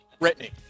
Britney